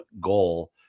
goal